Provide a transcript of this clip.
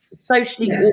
socially